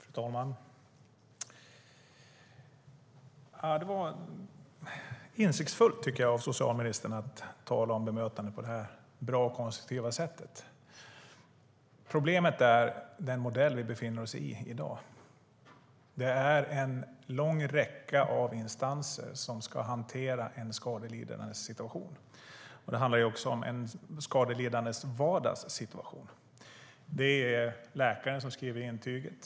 Fru talman! Det var insiktsfullt, tycker jag, av socialministern att tala om bemötandet på det där bra och konstruktiva sättet. Problemet är den modell vi använder oss av i dag. Det är en lång räcka av instanser som ska hantera den skadelidandes situation. Det handlar om den skadelidandes vardagssituation. Det är läkaren som skriver intyget.